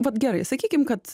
vat gerai sakykim kad